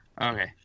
Okay